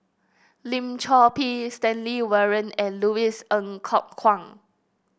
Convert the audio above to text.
Lim Chor Pee Stanley Warren and Louis Ng Kok Kwang